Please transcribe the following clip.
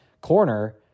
corner